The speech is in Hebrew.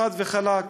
חד וחלק.